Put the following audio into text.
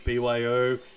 byo